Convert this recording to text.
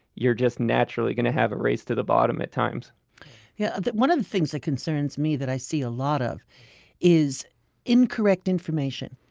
you're just naturally going to have a race to the bottom at times yeah one of the things that concerns me that i see a lot of is incorrect information.